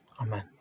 Amen